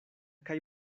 kaj